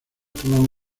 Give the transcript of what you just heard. toman